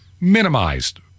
minimized